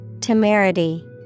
Temerity